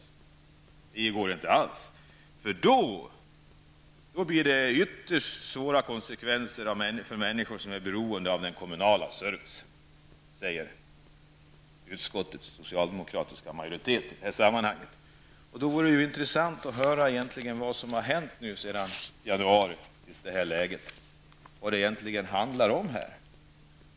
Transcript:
Det går inte alls, för då blir det ytterst svåra konsekvenser för människor som är beroende av den kommunala servicen. Så skriver utskottets socialdemokratiska majoritet i det här sammanhanget. Det vore intressant att höra vad som egentligen hänt sedan januari, vad det egentligen handlar om.